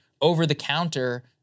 over-the-counter